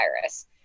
virus